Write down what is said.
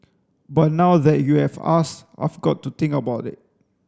but now that you have asked I've got to think about it